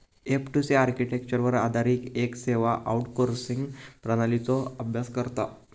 F two C आर्किटेक्चरवर आधारित येक सेवा आउटसोर्सिंग प्रणालीचो अभ्यास करता